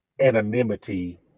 anonymity